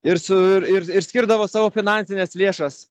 ir su ir ir ir skirdavo savo finansines lėšas